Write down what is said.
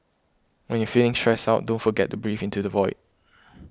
when you are feeling stressed out don't forget to breathe into the void